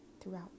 throughout